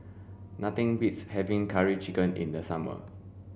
nothing beats having curry chicken in the summer